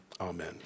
Amen